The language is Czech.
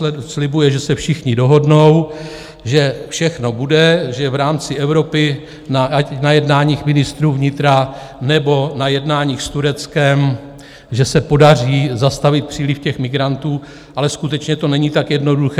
On slibuje, že se všichni dohodnou, že všechno bude, že v rámci Evropy, ať na jednáních ministrů vnitra, nebo na jednáních s Tureckem, že se podaří zastavit příliv těch migrantů, ale skutečně to není tak jednoduché.